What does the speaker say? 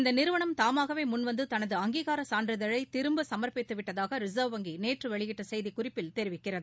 இந்த நிறுவனம் தாமாகவே முன்வந்து தனது அங்கீகார சான்றிதழை திரும்ப சுமர்ப்பித்துவிட்டதாக ரிசர்வ் வங்கி நேற்று வெளியிட்ட செய்திக் குறிப்பில் தெரிவிக்கிறது